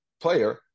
player